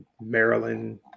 Maryland